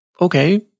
okay